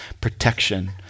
protection